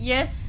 Yes